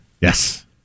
Yes